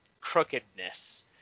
crookedness